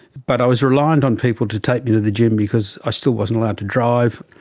but i was reliant on people to take me to the gym because i still wasn't allowed to drive.